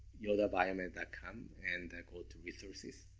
yottabiomed dot com and go to resources.